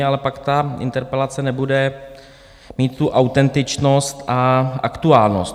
Ale pak ta interpelace nebude mít tu autentičnost a aktuálnost.